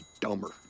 dumber